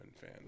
fan